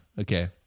Okay